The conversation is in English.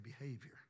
behavior